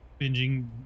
binging